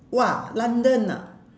!wah! london ah